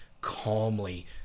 calmly